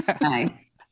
Nice